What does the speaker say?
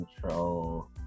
control